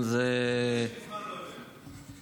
תודה שמזמן לא הבאנו.